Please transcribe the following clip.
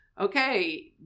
okay